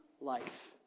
life